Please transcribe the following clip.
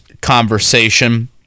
conversation